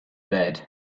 bed